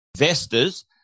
investors